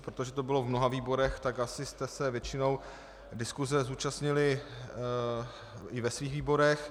Protože byl v mnoha výborech, asi jste se většinou diskuse zúčastnili i ve svých výborech.